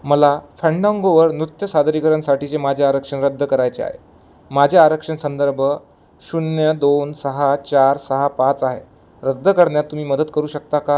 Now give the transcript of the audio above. मला फँडांगोवर नृत्य सादरीकरण साठीचे माझे आरक्षण रद्द करायचे आहे माझे आरक्षण संदर्भ शून्य दोन सहा चार सहा पाच आहे रद्द करण्यात तुम्ही मदत करू शकता का